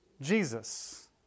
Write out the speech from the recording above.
Jesus